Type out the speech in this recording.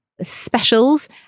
specials